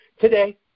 today